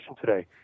today